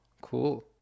Cool